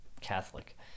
catholic